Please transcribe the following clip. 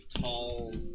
tall